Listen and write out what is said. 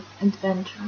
adventure